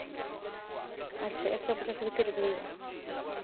ᱟᱪᱪᱷᱟ ᱮᱠᱥᱚ ᱯᱚᱪᱟᱥ ᱵᱷᱤᱛᱤᱨ ᱨᱮᱜᱮ ᱦᱩᱭᱩᱜᱼᱟ